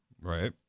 Right